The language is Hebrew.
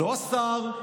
לא השר,